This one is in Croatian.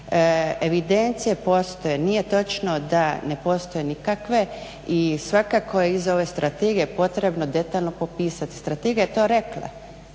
Evidencije postoje, nije točno da ne postoje nikakve i svakako je iza ove strategije potrebno detaljno popisati. Strategija je to rekla